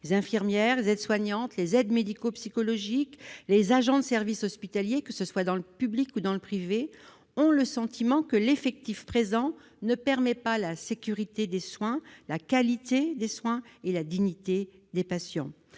infirmières aides-soignantes, aides médico-psychologiques, agents de service hospitaliers -, que ce soit dans le public ou dans le privé, ont le sentiment que l'effectif présent ne permet ni d'assurer la sécurité et la qualité des soins ni de respecter la dignité des patients.